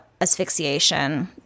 asphyxiation